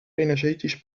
energetisch